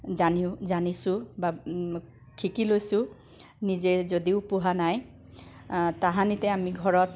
জানিও জানিছোঁ বা শিকি লৈছোঁ নিজে যদিও পোহা নাই তাহানিতে আমি ঘৰত